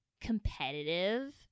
competitive